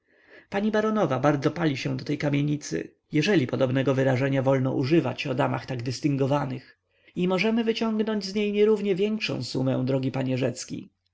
pani baronowa bardzo pali się do tej kamienicy jeżeli podobnego wyrażenia wolno używać o damach tak dystyngowanych i możemy wyciągnąć z niej nierównie większą sumę drogi panie rzecki